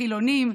חילונים,